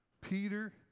Peter